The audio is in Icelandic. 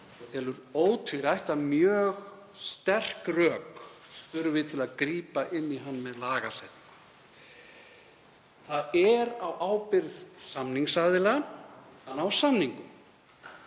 og telur ótvírætt að mjög sterk rök þurfi til að grípa inn í hann með lagasetningu. Það er á ábyrgð samningsaðila að ná samningum.